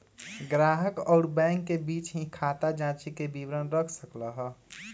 ग्राहक अउर बैंक के बीचे ही खाता जांचे के विवरण रख सक ल ह